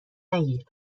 نگیر